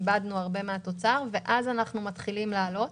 איבדנו הרבה מן התוצר ואז אנחנו מתחילים לעלות.